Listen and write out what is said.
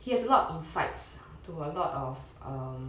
he has a lot of insights to a lot of um